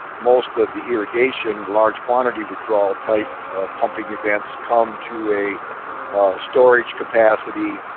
most of the irrigation, large quantity withdrawal type pumping events come to a storage capacity,